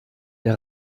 der